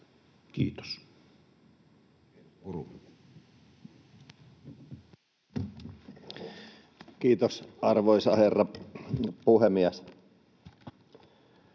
Content: kiitos, arvoisa herra puhemies!